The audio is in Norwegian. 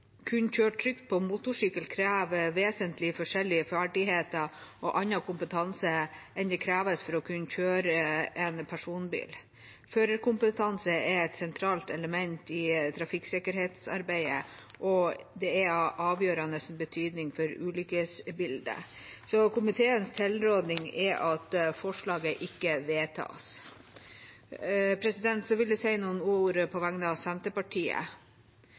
trygt på motorsykkel krever vesentlig forskjellige ferdigheter og annen kompetanse enn det som kreves for å kunne kjøre en personbil. Førerkompetanse er et sentralt element i trafikksikkerhetsarbeidet, og det er av avgjørende betydning for ulykkesbildet. Komiteens tilrådning er at forslaget ikke vedtas. Så vil jeg si noen ord på vegne av Senterpartiet.